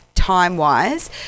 time-wise